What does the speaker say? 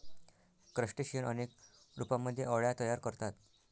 crustacean अनेक रूपांमध्ये अळ्या तयार करतात